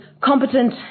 competent